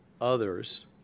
others